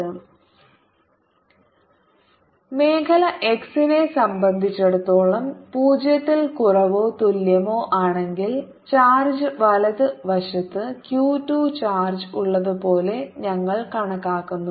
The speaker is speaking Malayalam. E 14π0 q yjzk diy2z2d232 14π0 q1 yjzkdiy2z2d232 for x≥0 മേഖല x നെ സംബന്ധിച്ചിടത്തോളം 0 ൽ കുറവോ തുല്യമോ ആണെങ്കിൽ ചാർജ് വലത് വശത്ത് q 2 ചാർജ് ഉള്ളതുപോലെ ഞങ്ങൾ കണക്കാക്കുന്നു